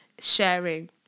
sharing